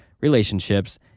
relationships